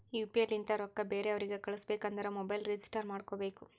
you P I ಲಿಂತ ರೊಕ್ಕಾ ಬೇರೆ ಅವ್ರಿಗ ಕಳುಸ್ಬೇಕ್ ಅಂದುರ್ ಮೊಬೈಲ್ ರಿಜಿಸ್ಟರ್ ಮಾಡ್ಕೋಬೇಕ್